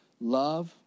love